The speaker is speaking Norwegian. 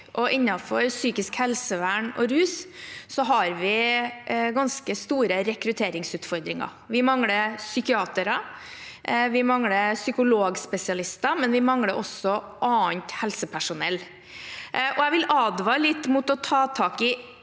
innenfor psykisk helsevern og rus har vi ganske store rekrutteringsutfordringer. Vi mangler psykiatere, vi mangler psykologspesialister, og vi mangler også annet helsepersonell. Jeg vil advare litt mot å ta tak i